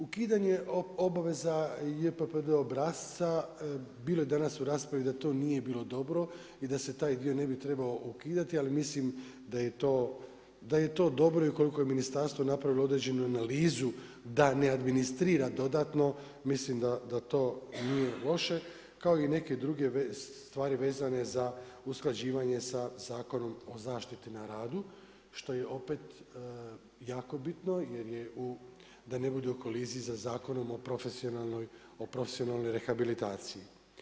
Ukidanje obaveza JOPPD obrasca, bilo je danas u raspravi da to nije bilo dobro i da se taj dio ne bi trebao ukidati ali mislim da je to dobro i ukoliko je ministarstvo napravilo određenu analizu da ne administrira dodatno mislim da to nije loše kao i neke druge stvari vezane za usklađivanje sa Zakonom o zaštiti na radu što je opet jako bitno jer je u, da ne bude u koliziji sa Zakonom o profesionalnoj rehabilitaciji.